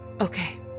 Okay